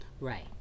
right